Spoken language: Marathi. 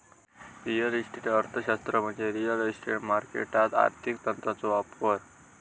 रिअल इस्टेट अर्थशास्त्र म्हणजे रिअल इस्टेट मार्केटात आर्थिक तंत्रांचो वापर